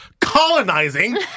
colonizing